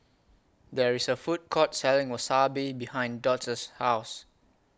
There IS A Food Court Selling Wasabi behind Dot's House